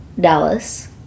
Dallas